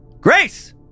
Grace